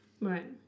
Right